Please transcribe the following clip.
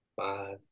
five